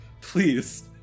Please